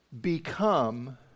become